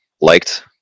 liked